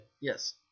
Yes